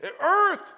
Earth